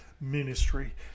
ministry